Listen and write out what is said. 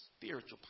spiritual